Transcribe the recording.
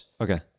Okay